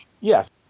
Yes